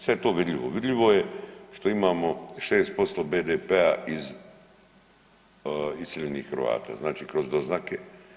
Sve je to vidljivo, vidljivo je što imamo 6% BDP-a iz iseljenih Hrvata, znači kroz doznake.